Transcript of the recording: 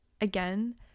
again